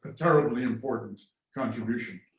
ah terribly important contribution.